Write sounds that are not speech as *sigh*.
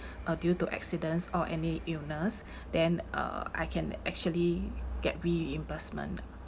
uh due to accidents or any illness *breath* then uh I can actually get reimbursement